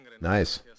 Nice